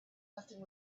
nothing